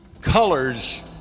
colors